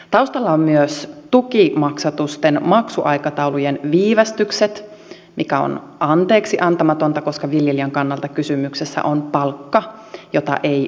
taustalla on myös tukimaksatusten maksuaikataulujen viivästykset mikä on anteeksiantamatonta koska viljelijän kannalta kysymyksessä on palkka jota ei makseta ajallaan